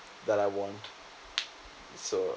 that I want so